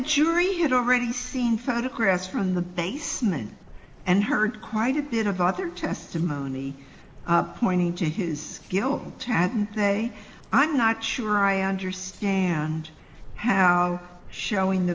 jury had already seen photographs from the basement and heard quite a bit of other testimony pointing to his home tab hey i'm not sure i understand how showing the